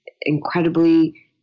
incredibly